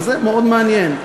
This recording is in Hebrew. וזה מאוד מעניין.